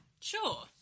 Sure